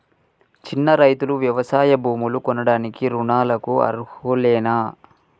చిన్న రైతులు వ్యవసాయ భూములు కొనడానికి రుణాలకు అర్హులేనా?